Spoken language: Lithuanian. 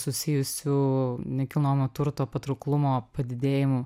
susijusių nekilnojamo turto patrauklumo padidėjimu